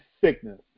sickness